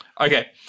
Okay